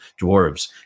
dwarves